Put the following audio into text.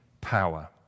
power